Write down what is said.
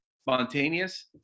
spontaneous